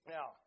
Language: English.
Now